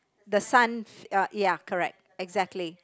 the sun uh ya correct exactly